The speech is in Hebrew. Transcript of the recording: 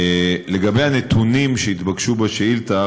1 2. לגבי הנתונים שהתבקשו בשאילתה,